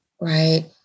right